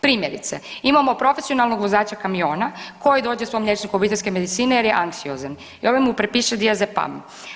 Primjerice imamo profesionalnog vozača kamiona koji dođe svom liječniku obiteljske medicine jer je anksiozan i ovaj mu prepiše diazepam.